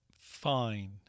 Fine